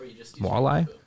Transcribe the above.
Walleye